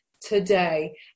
today